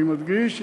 אני מדגיש,